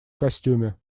костюме